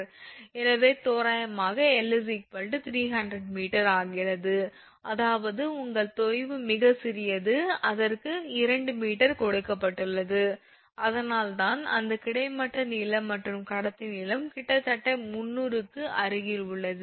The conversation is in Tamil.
எனவே தோராயமாக 𝑙 300m ஆகிறது அதாவது உங்கள் தொய்வு மிகச் சிறியது அதற்கு 2 மீட்டர் கொடுக்கப்பட்டுள்ளது அதனால்தான் அந்த கிடைமட்ட நீளம் மற்றும் கடத்தி நீளம் கிட்டத்தட்ட 300 க்கு அருகில் உள்ளது